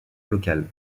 locales